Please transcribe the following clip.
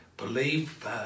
believe